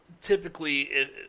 typically